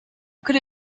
could